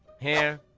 here!